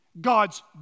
God's